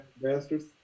Masters